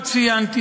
עוד ציינתי